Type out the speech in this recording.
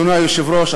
אדוני היושב-ראש,